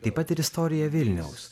taip pat ir istoriją vilniaus